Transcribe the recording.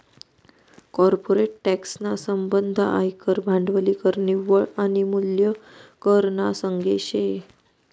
corporate tax ना संबंध आयकर, भांडवली कर, निव्वळ आनी मूल्य कर ना संगे शे